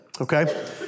okay